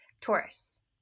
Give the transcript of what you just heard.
Taurus